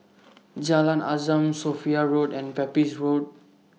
Jalan Azam Sophia Road and Pepys Road